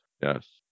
yes